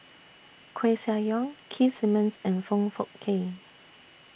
Koeh Sia Yong Keith Simmons and Foong Fook Kay